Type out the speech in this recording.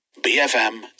bfm